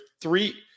three